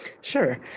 Sure